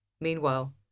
Meanwhile